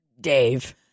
Dave